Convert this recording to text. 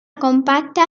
compatta